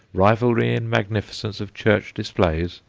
rivalry in magnificence of church displays,